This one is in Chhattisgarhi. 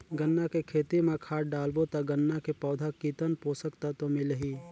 गन्ना के खेती मां खाद डालबो ता गन्ना के पौधा कितन पोषक तत्व मिलही?